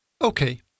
Okay